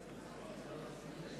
זוארץ,